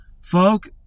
folk